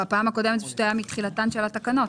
בפעם הקודמת זה פשוט היה מתחילתן של התקנות.